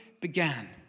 began